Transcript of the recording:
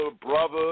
brother